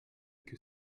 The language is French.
que